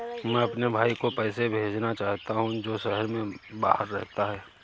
मैं अपने भाई को पैसे भेजना चाहता हूँ जो शहर से बाहर रहता है